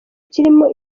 kirimo